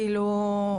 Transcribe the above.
כאילו,